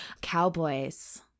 Cowboys